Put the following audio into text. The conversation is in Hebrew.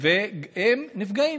והם נפגעים.